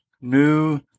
new